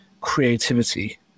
creativity